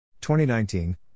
2019